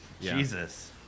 Jesus